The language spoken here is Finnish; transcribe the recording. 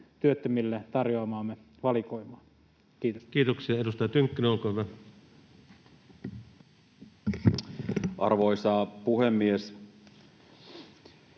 työttömille tarjoamaamme valikoimaa. — Kiitos. Kiitoksia. — Edustaja Tynkkynen, olkaa hyvä. Arvoisa puhemies!